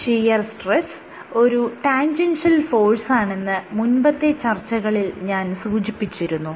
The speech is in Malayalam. ഷിയർ സ്ട്രെസ്സ് ഒരു ടാൻജെൻഷ്യൽ ഫോഴ്സാണെന്ന് മുൻപത്തെ ചർച്ചകളിൽ ഞാൻ സൂചിപ്പിച്ചിരുന്നു